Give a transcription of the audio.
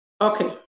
Okay